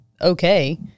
okay